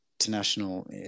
international